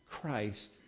Christ